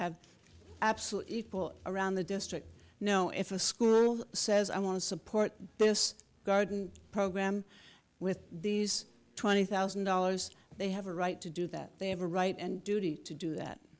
have absolutely people around the district you know if a school says i want to support this garden program with these twenty thousand dollars they have a right to do that they have a right and duty to do that